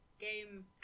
game